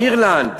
אירלנד.